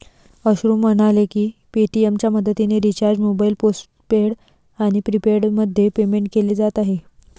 अश्रू म्हणाले की पेटीएमच्या मदतीने रिचार्ज मोबाईल पोस्टपेड आणि प्रीपेडमध्ये पेमेंट केले जात आहे